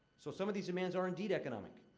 so some of these demands are, indeed, economic.